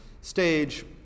stage